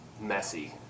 messy